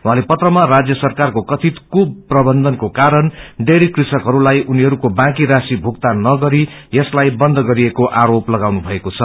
उहाँले पत्रमा राष्य सरकारको कथित कुप्रबन्धनको कारण डेयरी कृषकहरूलाई उनीहरूको बाँकी राशि भूगतान नगरि यसलाई बन्द गरिएको आरोप लगाउनु भएको छ